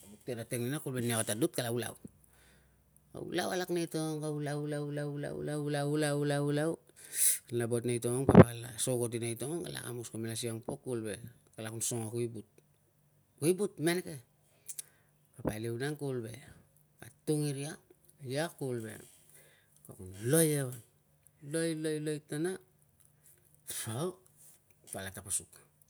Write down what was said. kala buk teng nina velai ninia ka tadut kala ulau, ulau alak nei tongong. Ka ulau, ulau, ulau, ulau, ulau, ulau, ulau, ulau, ulau kala buat nei tongong. Papa kala so kati nei tongong. Kala kamus kamela siang pok kuvul ve kala kun songo na kuivut. Kuivut, me neke. Paliu nang kuvul ve ka atung iria, ria kuvul ve ka loi ia, loi, loi tana, au kala tapasuk.